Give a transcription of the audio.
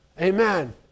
amen